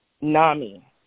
NAMI